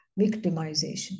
victimization